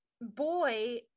boy